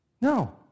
No